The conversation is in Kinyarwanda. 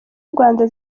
rwanda